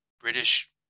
british